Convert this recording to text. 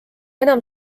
enam